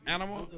Animal